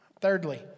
Thirdly